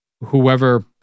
whoever